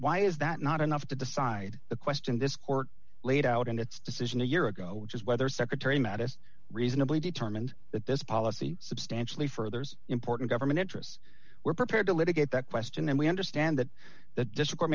why is that not enough to decide the question this court laid out in its decision a year ago which is whether secretary mabus reasonably determined that this policy substantially furthers important government interests were prepared to litigate that question and we understand that that dis